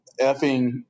effing